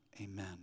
amen